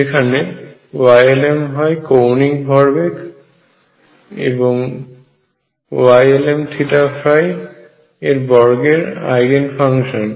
যেখানে Ylm হয় কৌণিক ভরবেগ Ylmθϕ এর বর্গের আইগেন ফাংশন